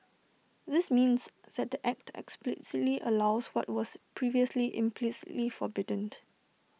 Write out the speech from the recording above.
this means that the act explicitly allows what was previously implicitly forbidden